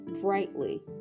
brightly